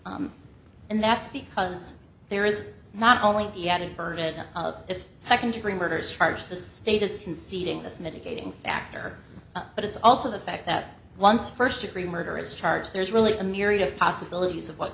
necessarily and that's because there is not only the added burden of if second degree murder charge the state is conceding this mitigating factor but it's also the fact that once first degree murder is charged there's really a myriad of possibilities of what